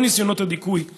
כל ניסיונות הדיכוי הנודעים,